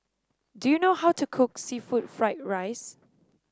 do you know how to cook seafood Fried Rice